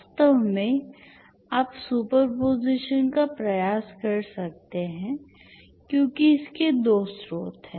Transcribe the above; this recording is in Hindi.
वास्तव में आप सुपर पोजीशन का प्रयास कर सकते हैं क्योंकि इसके दो स्रोत हैं